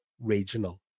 regional